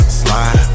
slide